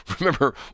remember